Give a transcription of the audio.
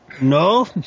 No